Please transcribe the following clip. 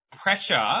pressure